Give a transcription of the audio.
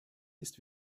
ist